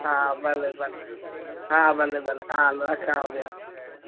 हा भले भले हा भले भले हा हलो रखांव थी हाणे